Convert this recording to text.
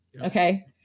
Okay